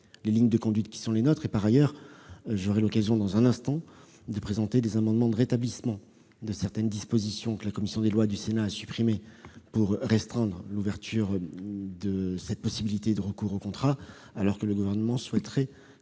les lignes de conduite qui sont les nôtres. Par ailleurs, j'aurai l'occasion dans un instant de présenter des amendements de rétablissement de certaines dispositions que la commission des lois du Sénat a supprimées, afin de restreindre l'ouverture de cette possibilité de recours aux contrats ; le Gouvernement souhaite,